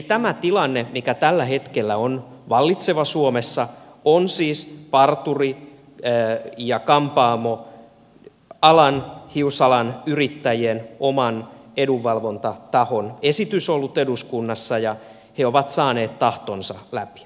tämä tilanne mikä tällä hetkellä on vallitseva suomessa on siis parturi ja kampaamoalan hiusalan yrittäjien oman edunvalvontatahon esitys ollut eduskunnassa ja he ovat saaneet tahtonsa läpi